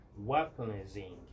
weaponizing